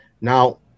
Now